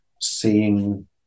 seeing